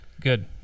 good